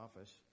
office